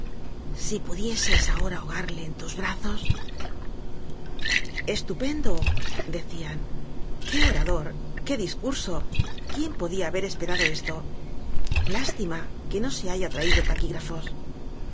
si pudieses ahora ahogarle en tus brazos estupendo decían qué orador qué discurso quién podía haber esperado esto lástima que no se haya traído taquígrafos